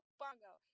bongo